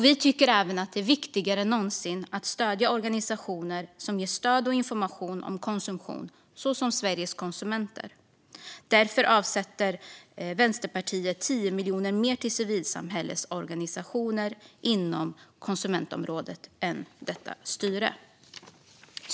Vi tycker att det är viktigare än någonsin att stödja organisationer som ger stöd och information om konsumtion, såsom Sveriges Konsumenter. Därför avsätter Vänsterpartiet 10 miljoner mer till civilsamhällets organisationer inom konsumentområdet än vad styret gör.